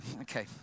okay